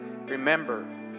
remember